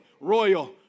royal